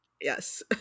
Yes